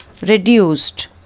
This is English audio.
reduced